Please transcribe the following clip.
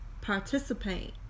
participate